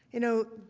you know,